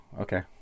okay